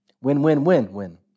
Win-win-win-win